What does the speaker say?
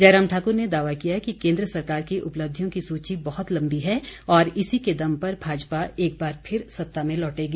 जयराम ठाकुर ने दावा किया कि केन्द्र सरकार की उपलब्धियों की सूची बहुत लम्बी है और इसी के दम पर भाजपा एकबार फिर सत्ता में लौटेगी